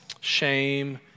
shame